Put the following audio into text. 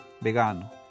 vegano